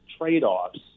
trade-offs